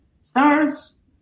stars